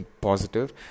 positive